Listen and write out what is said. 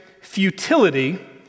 futility